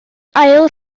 ail